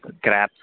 crabs